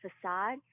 facade